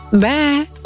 Bye